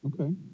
Okay